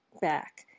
back